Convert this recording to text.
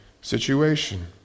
situation